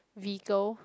vehicle